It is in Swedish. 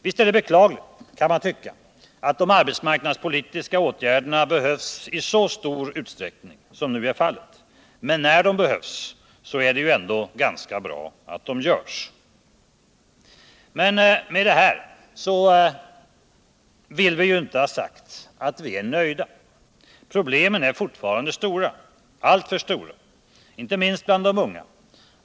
Visst är det beklagligt - kan man tycka — att de arbetsmarknadspolitiska åtgärderna behövs i så stor utsträckning som nu är fallet, men när de behövs är det ändå ganska bra att de vidtas. Men med det här vill vi inte ha sagt att vi är nöjda. Problemen är fortfarande stora, alltför stora, inte minst bland de unga.